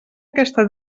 aquesta